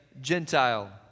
Gentile